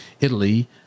Italy